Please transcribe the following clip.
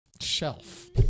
shelf